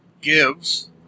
gives